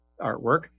artwork